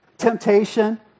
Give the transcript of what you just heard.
temptation